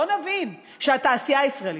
לא נבין, שהתעשייה הישראלית